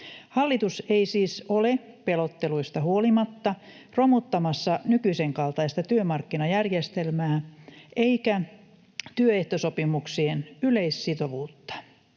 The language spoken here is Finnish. Hallitus ei siis ole pelotteluista huolimatta romuttamassa nykyisen kaltaista työmarkkinajärjestelmää eikä työehtosopimuksien yleissitovuutta.